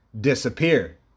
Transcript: disappear